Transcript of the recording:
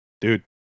Dude